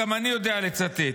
גם אני יודע לצטט.